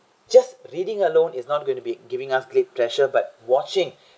just reading alone is not going to be giving us great pleasure but watching